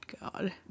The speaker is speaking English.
god